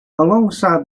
alongside